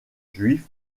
juif